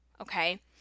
okay